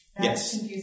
Yes